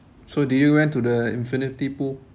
so did you went to the infinity pool